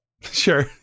Sure